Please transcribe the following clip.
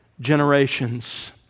generations